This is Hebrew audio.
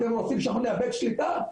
אתם רוצים שאנחנו נאבד שליטה?